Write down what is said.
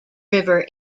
river